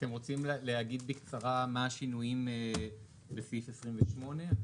אתם רוצים להגיד בקצרה מה השינויים בסעיף 28?